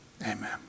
Amen